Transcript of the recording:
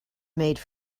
made